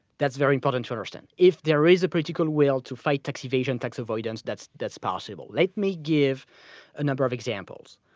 that's very important to understand. if there is a political wheel to fight tax evasion, tax avoidance, that's that's possible. let me give a number of examples.